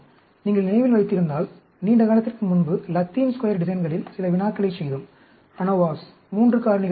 நீங்கள் நினைவில் வைத்திருந்தால் நீண்ட காலத்திற்கு முன்பு லத்தீன் ஸ்கொயர் டிசைன்களில் சில வினாக்களைச் செய்தோம் அனோவாஸ் 3 காரணிகளுடனும்